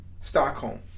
Stockholm